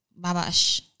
Babash